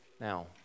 Now